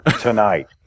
tonight